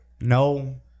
no